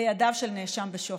לידיו של נאשם בשוחד,